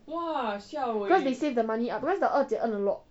cause they save the money up cause the 二姐 earn a lot